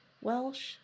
Welsh